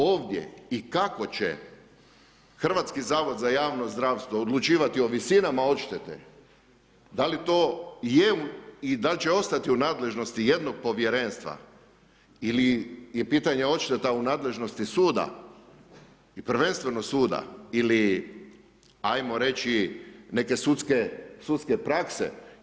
Ovdje i kako će Hrvatski zavod za javno zdravstvo odlučivati o visinama odštete, da li to je i dal će ostati u nadležnosti jednog Povjerenstva ili je pitanje odšteta u nadležnosti suda i prvenstveno suda ili, ajmo reći neke sudske prakse.